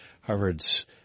Harvard's